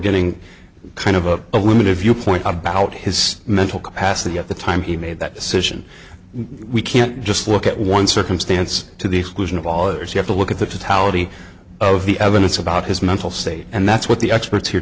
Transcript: getting kind of of a limited viewpoint about his mental capacity at the time he made that decision we can't just look at one circumstance to the exclusion of all others you have to look at the totality of the evidence about his mental state and that's what the experts here